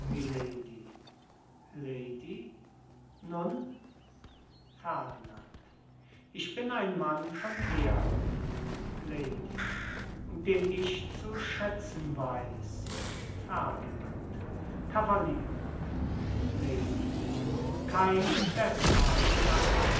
lady nun ferdinand ich bin ein mann von ehre lady den ich zu schätzen weiß ferdinand cavalier lady kein beßrer im